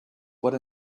what